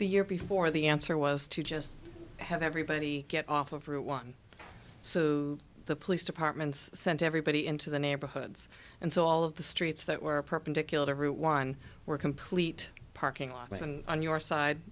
the year before the answer was to just have everybody get off of route one so the police departments sent everybody into the neighborhoods and so all of the streets that were perpendicular everyone were complete parking lots and on your side